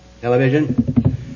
television